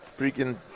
Freaking